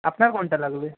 আপনার কোনটা লাগবে